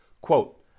Quote